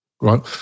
Right